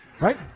Right